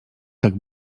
tak